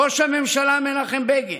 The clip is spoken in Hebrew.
ראש הממשלה מנחם בגין,